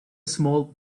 small